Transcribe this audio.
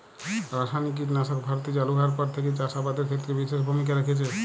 রাসায়নিক কীটনাশক ভারতে চালু হওয়ার পর থেকেই চাষ আবাদের ক্ষেত্রে বিশেষ ভূমিকা রেখেছে